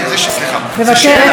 מוותרת,